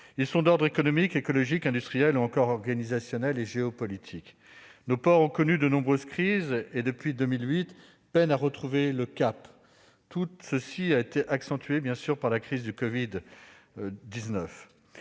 Ils sont d'ordre économique, écologique, industriel ou encore organisationnel et géopolitique. Nos ports ont connu de nombreuses crises et, depuis 2008, ils peinent à retrouver un cap. Tout cela a été accentué par la crise du covid-19.